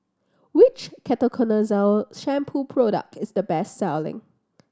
which Ketoconazole Shampoo product is the best selling